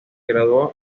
graduó